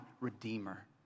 redeemer